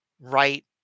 right